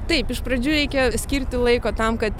taip iš pradžių reikia skirti laiko tam kad